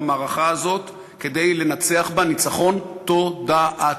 במערכה הזאת כדי לנצח בה ניצחון תודעתי.